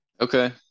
Okay